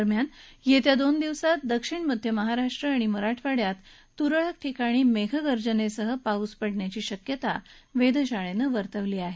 दरम्यान येत्या दोन दिवसात दक्षिण मध्य महाराष्ट्र आणि मराठवाड्यात तुरळक ठिकाणी मेघगर्जनेसह पाऊस पडण्याची शक्यता वेधशाळेनं वर्तवली आहे